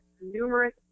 numerous